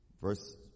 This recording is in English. Verse